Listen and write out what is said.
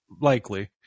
Likely